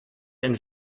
and